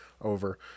over